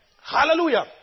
Hallelujah